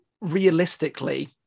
realistically